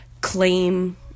claim